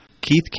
Keith